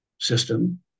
system